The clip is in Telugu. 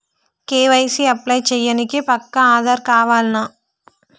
కే.వై.సీ అప్లై చేయనీకి పక్కా ఆధార్ కావాల్నా?